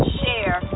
share